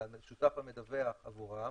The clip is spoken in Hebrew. של השותף המדווח עבורם,